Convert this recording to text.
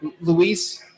Luis